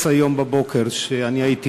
בבקשה, אדוני,